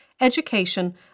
education